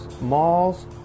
malls